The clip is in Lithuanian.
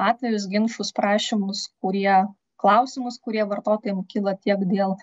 atvejus ginčus prašymus kurie klausimus kurie vartotojam kyla tiek dėl